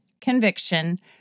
conviction